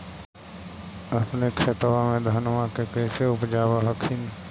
अपने खेतबा मे धन्मा के कैसे उपजाब हखिन?